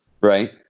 right